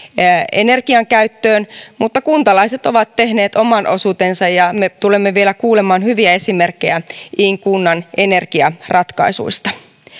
energiankäyttöön mutta kuntalaiset ovat tehneet oman osuutensa ja me tulemme vielä kuulemaan hyviä esimerkkejä iin kunnan energiaratkaisuista